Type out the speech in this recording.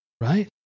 right